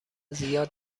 زیاد